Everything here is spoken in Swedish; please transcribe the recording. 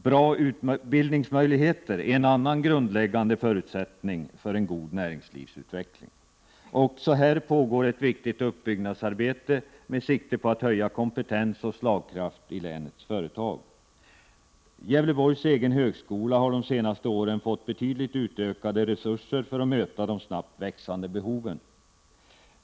Bra utbildningsmöjligheter är en annan grundläggande förutsättning för en god näringslivsutveckling. Också här pågår ett viktigt uppbyggnadsarbete med sikte på att höja kompetens och slagkraft i länets företag. Gävleborgs egen högskola har de senaste åren fått betydligt utökade resurser för att möta de snabbt växande behoven.